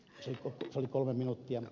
se oli kolme minuuttia